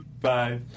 Bye